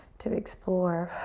to explore.